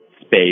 space